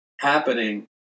happening